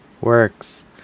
Works